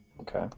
Okay